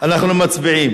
אנחנו מצביעים.